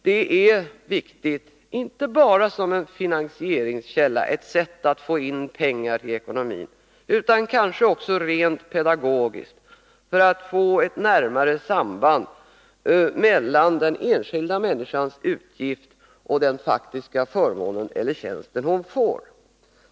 Det är viktigt, inte bara som en finansieringskälla, ett sätt att få in pengar i ekonomin, utan kanske också rent pedagogiskt, för att få ett närmare samband mellan den enskilda människans utgift och den faktiska förmån eller tjänst som hon får.